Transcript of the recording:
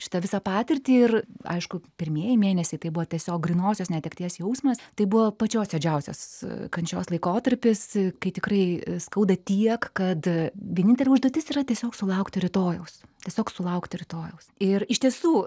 šitą visą patirtį ir aišku pirmieji mėnesiai tai buvo tiesiog grynosios netekties jausmas tai buvo pačios juodžiausios kančios laikotarpis kai tikrai skauda tiek kad vienintelė užduotis yra tiesiog sulaukti rytojaus tiesiog sulaukti rytojaus ir iš tiesų